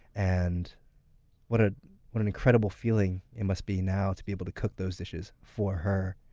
and what ah what an incredible feeling it must be now to be able to cook those dishes for her.